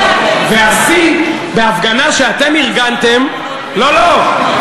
והשיא, בהפגנה שאתם ארגנתם, לא, לא.